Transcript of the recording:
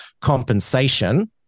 compensation